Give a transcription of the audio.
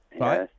right